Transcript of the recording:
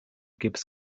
gips